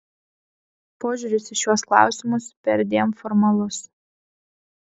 požiūris į šiuos klausimus perdėm formalus